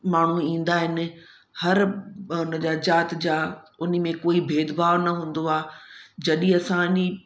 माण्हू ईंदा आहिनि हर हुन जा ज़ाति जा उन में कोई भेदभाव न हूंदो आहे जॾहिं असांजी